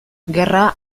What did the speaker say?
gerra